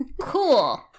Cool